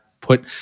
put